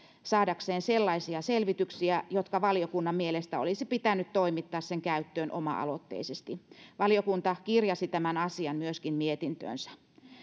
saadakseen sellaisia selvityksiä jotka valiokunnan mielestä olisi pitänyt toimittaa sen käyttöön oma aloitteisesti valiokunta kirjasi tämän asian myöskin mietintöönsä